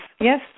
yes